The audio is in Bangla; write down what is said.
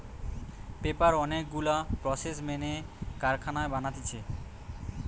পেপার অনেক গুলা প্রসেস মেনে কারখানায় বানাতিছে